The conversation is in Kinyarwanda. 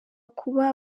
kuba